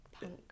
punk